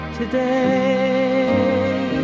today